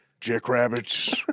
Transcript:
jackrabbits